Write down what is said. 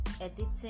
editing